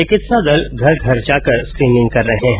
चिकित्सा दल घर घर जाकर स्क्रीनिंग कर रहे हैं